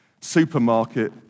supermarket